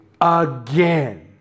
again